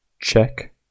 check